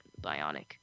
Bionic